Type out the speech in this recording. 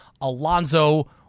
Alonzo